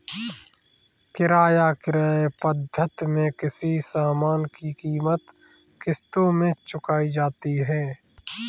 किराया क्रय पद्धति में किसी सामान की कीमत किश्तों में चुकाई जाती है